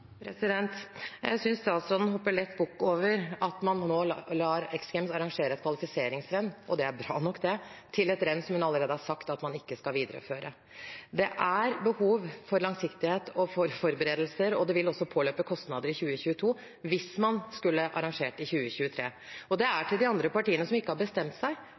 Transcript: Jeg synes statsråden hopper lett bukk over at man nå lar X Games arrangere et kvalifiseringsrenn – og det er bra nok – til et renn som hun allerede har sagt at man ikke skal videreføre. Det er behov for langsiktighet og for forberedelser, og det vil også påløpe kostnader i 2022 hvis man skulle arrangert i 2023. Og dette er til de andre partiene som ikke har bestemt seg: